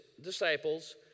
disciples